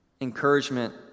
Encouragement